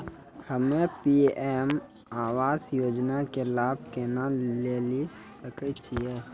हम्मे पी.एम आवास योजना के लाभ केना लेली सकै छियै?